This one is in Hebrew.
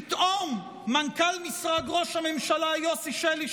פתאום מנכ"ל משרד ראש הממשלה יוסי שלי,